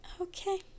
okay